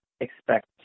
expect